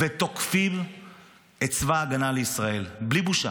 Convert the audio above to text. ותוקפים את צבא הגנה לישראל בלי בושה,